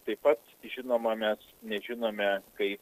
taip pat žinoma mes nežinome kaip